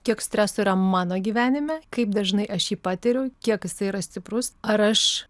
kiek streso yra mano gyvenime kaip dažnai aš jį patiriu kiek jisai yra stiprus ar aš